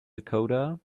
dakota